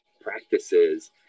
practices